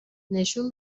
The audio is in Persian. نشون